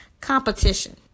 competition